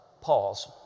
Pause